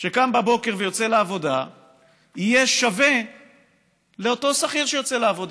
שקם בבוקר ויוצא לעבודה יהיה שווה לאותו שכיר שיוצא לעבודה,